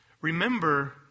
remember